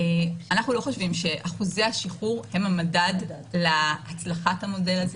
אנחנו לא חושבים שאחוזי השחרור הם המדד להצלחת המודל הזה.